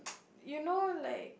you know like